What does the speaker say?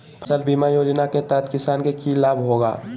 फसल बीमा योजना के तहत किसान के की लाभ होगा?